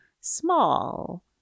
small